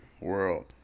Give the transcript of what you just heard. world